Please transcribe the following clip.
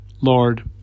Lord